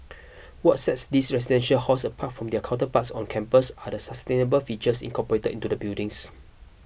what sets these residential halls apart from their counterparts on campus are the sustainable features incorporated into the buildings